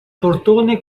portone